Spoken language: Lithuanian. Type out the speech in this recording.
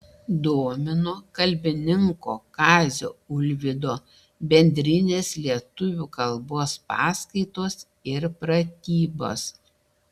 domino kalbininko kazio ulvydo bendrinės lietuvių kalbos paskaitos ir pratybos